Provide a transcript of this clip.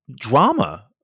drama